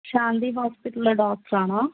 ശാന്തി ഹോസ്പിറ്റലിലെ ഡോക്ടറാണോ